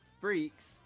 Freaks